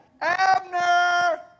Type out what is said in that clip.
Abner